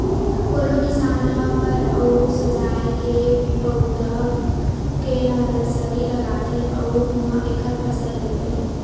कोनो किसान ह फर अउ सजाए के पउधा के नरसरी लगाथे अउ उहां एखर फसल लेथे